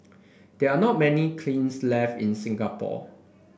there are not many kilns left in Singapore